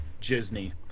Disney